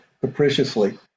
capriciously